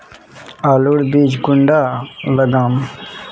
आलूर बीज कुंडा लगाम?